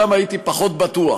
שם הייתי פחות בטוח.